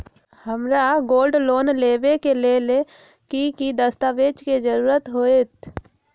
हमरा gold loan लेबे के लेल कि कि दस्ताबेज के जरूरत होयेत?